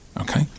Okay